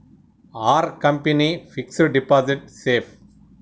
Are company fixed deposit safe?